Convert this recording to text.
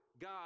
God